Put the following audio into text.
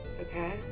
Okay